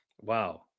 wow